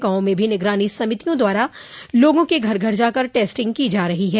गांवों में भी निगरानी समितियों द्वारा लोगों के घर घर जाकर टेस्टिंग की जा रही है